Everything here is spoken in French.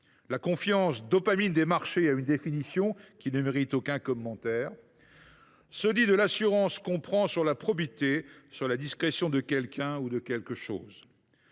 la confiance, dopamine des marchés, ne mérite aucun commentaire :« se dit de l’assurance qu’on prend sur la probité, sur la discrétion de quelqu’un ou de quelque chose.